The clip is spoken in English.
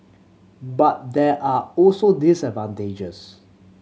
but there are also disadvantages